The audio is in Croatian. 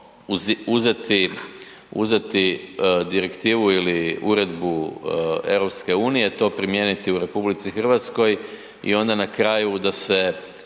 uzeti direktivu ili uredbu EU, to primijeniti u RH i onda na kraju da se